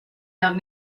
out